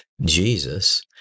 Jesus